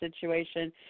situation